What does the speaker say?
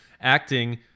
acting